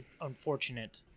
unfortunate